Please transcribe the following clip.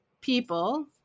people